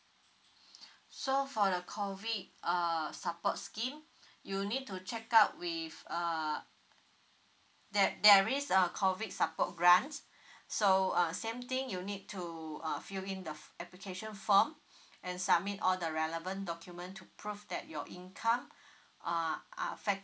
so for the COVID err support scheme you need to check out with uh that there is a a COVID support grant so uh same thing you need to err fill in the application form and submit all the relevant document to prove that your income uh are affected